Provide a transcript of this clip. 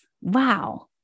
Wow